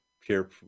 pure